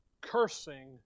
cursing